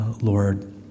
Lord